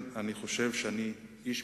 אני יכול להוסיף